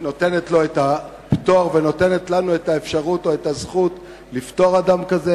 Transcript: נותנת לו את הפטור ונותנת לנו את האפשרות או את הזכות לפטור אדם כזה?